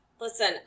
Listen